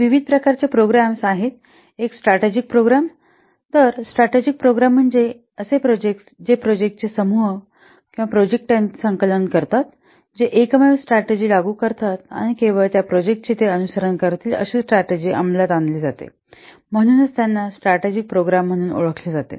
हे विविध प्रकारचे प्रोग्राम्स आहेत एक स्ट्रॅटेजिक प्रोग्राम्स तर स्ट्रॅटेजिक प्रोग्राम्स म्हणजे असे प्रोजेक्ट जे प्रोजेक्टस चे समूह प्रोजेक्टांचे संकलन करतात जे एकमेव स्ट्रॅटेजि लागू करतात केवळ त्या प्रोजेक्ट चे ते अनुसरण करतील अशी स्ट्रॅटेजि अंमलात आणली जाईल म्हणूनच त्यांना स्ट्रॅटेजिक प्रोग्राम म्हणून ओळखले जाते